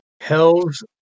Hell's